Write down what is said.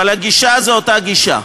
אבל הגישה היא אותה גישה.